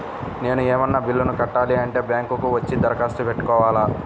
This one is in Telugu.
నేను ఏమన్నా బిల్లును కట్టాలి అంటే బ్యాంకు కు వచ్చి దరఖాస్తు పెట్టుకోవాలా?